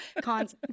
cons